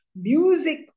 music